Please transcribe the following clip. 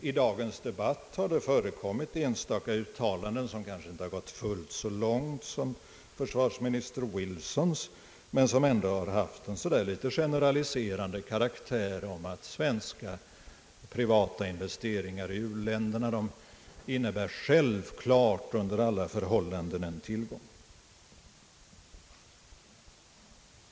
I dagens debatt har det förekommit enstaka uttalanden, som kanske inte har gått fullt så långt som försvarsminister Wilsons men som ändå har haft litet generaliserande karaktär av att svenska privata investeringar i u-länderna självklart och under alla förhållanden innebär en tillgång.